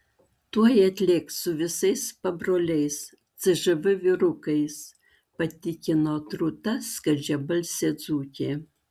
tuoj atlėks su visais pabroliais cžv vyrukais patikino drūta skardžiabalsė dzūkė